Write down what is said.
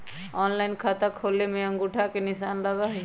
Online खाता खोले में अंगूठा के निशान लगहई?